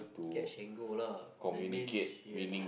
catch and go lah that means she have